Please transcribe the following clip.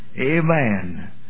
Amen